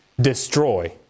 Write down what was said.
destroy